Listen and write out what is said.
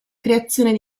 creazione